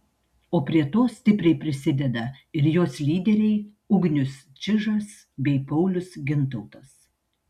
o prie to stipriai prisideda ir jos lyderiai ugnius čižas bei paulius gintautas